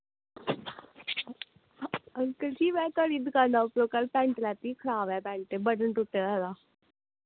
uncle ji मैं थुआढ़ी दुकाना उप्परो कल पैंट लैती खराब ऐ पैंट बटन त्रुट्टे दा एह्दा